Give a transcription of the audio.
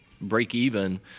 break-even